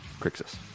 Crixus